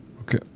Okay